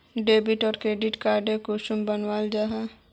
Debit or credit card कुंसम बनाल जाहा?